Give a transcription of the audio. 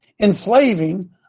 enslaving